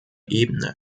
ebene